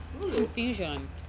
confusion